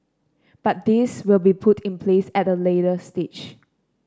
but these will be put in place at a later stage